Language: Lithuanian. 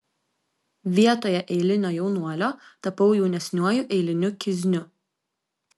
vietoje eilinio jaunuolio tapau jaunesniuoju eiliniu kizniu